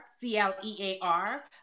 C-L-E-A-R